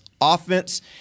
offense